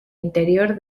interior